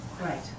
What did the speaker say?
Right